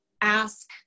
ask